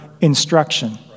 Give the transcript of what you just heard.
instruction